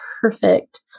perfect